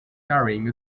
carrying